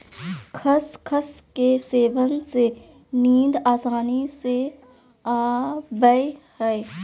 खसखस के सेवन से नींद आसानी से आवय हइ